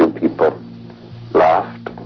um people laughed.